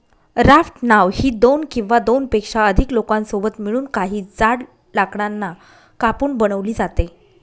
raft नाव ही दोन किंवा दोनपेक्षा अधिक लोकांसोबत मिळून, काही जाड लाकडांना कापून बनवली जाते